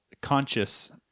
conscious